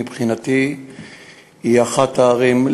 היא מבחינתי אחת הערים,